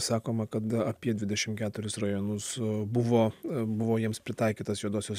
sakoma kad apie dvidešim keturis rajonus buvo buvo jiems pritaikytas juodosios